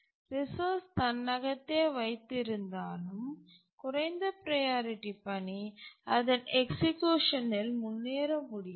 resource தன்னகத்தே வைத்து இருந்தாலும் குறைந்த ப்ரையாரிட்டி பணி அதன் எக்சிக்யூஷனில் முன்னேற முடியாது